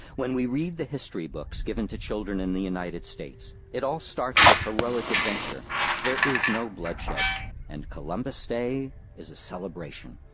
when we read the history, books given to children in the united states, it all starts with heroic adventure-there is no bloodshed-and and columbus day is a celebration.